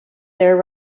there